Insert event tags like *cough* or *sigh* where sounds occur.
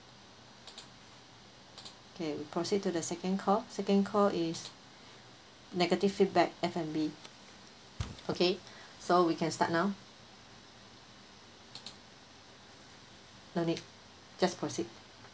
okay we proceed to the second call second call is negative feedback F&B okay *breath* so we can start now no need just proceed